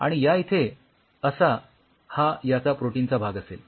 आणि या इथे असा हा याचा प्रोटीनचा भाग असेल